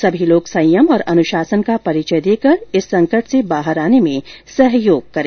सभी लोग संयम और अनुशासन का परिचय देकर इस संकट से बाहर आने में सहयोग करें